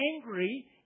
angry